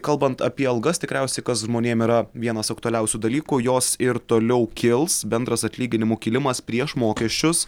kalbant apie algas tikriausiai kas žmonėm yra vienas aktualiausių dalykų jos ir toliau kils bendras atlyginimų kilimas prieš mokesčius